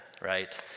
right